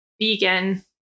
vegan